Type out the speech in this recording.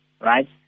right